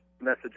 message